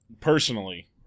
personally